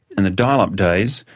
in the dial-up days,